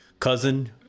cousin